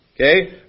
Okay